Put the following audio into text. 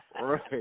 Right